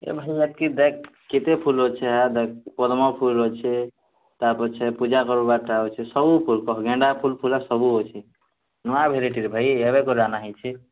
ଏ ଭାଇ ଏତ୍କି ଦେଖ୍ କେତେଫୁଲ୍ ଅଛେ ପଦ୍ମ ଫୁଲ୍ ଅଛେ ତା' ପଛେ ପୂଜା କରିବାର୍ଟା ଅଛେ ସବୁଫୁଲ ଅଛେ ଗେନ୍ଦା ଫୁଲ୍ ଫୁଲା ଅଛେ କହ ନୂଆ ଭେରାଇଟ୍ର ଭାଇ ଏବେ ପରା ଅନାହେଇଛି